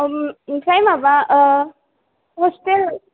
आमफ्राय माबा हस्टेल